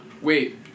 Wait